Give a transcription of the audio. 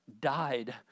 died